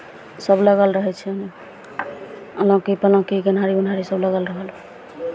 सभ लगल रहै छै ओहिमे अलाङ्की पलाङ्की गेनहारी उनहारी सभ लगल रहल